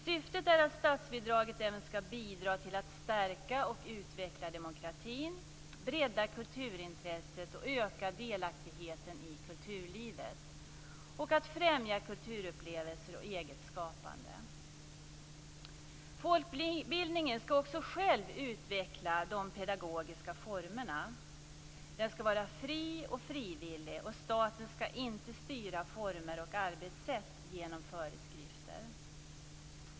Syftet är att statsbidraget även skall bidra till att stärka och utveckla demokratin, bredda kulturintresset och öka delaktigheten i kulturlivet och att främja kulturupplevelser och eget skapande. Folkbildningen skall också själv utveckla de pedagogiska formerna. Den skall vara fri och frivillig, och staten skall inte styra former och arbetssätt genom föreskrifter.